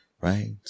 Right